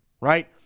right